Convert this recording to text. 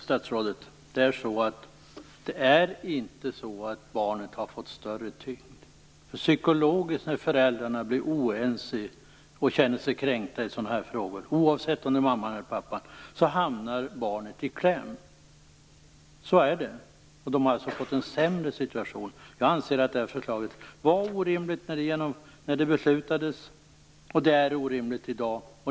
Herr talman! Det är inte så att barnet har fått större tyngd. När föräldrarna blir oense och känner sig kränkta i sådana här frågor, oavsett om det är mamman eller pappan, hamnar barnet i kläm psykologiskt sett. Så är det. Det har alltså fått en sämre situation. Jag anser att det här förslaget var orimligt när det beslutades, och det är orimligt i dag.